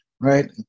right